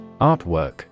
Artwork